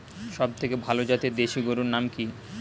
সবথেকে ভালো জাতের দেশি গরুর নাম কি?